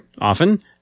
often